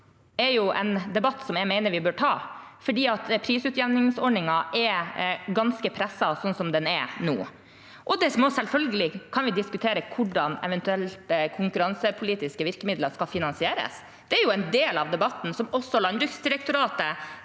er en debatt jeg mener vi bør ta, for prisutjevningsordningen er ganske presset slik den er nå. Selvfølgelig kan vi diskutere hvordan eventuelle konkurransepolitiske virkemidler skal finansieres. Det er jo en del av debatten som også Landbruksdirektoratet